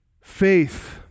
faith